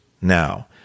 Now